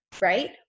right